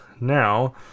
now